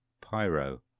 pyro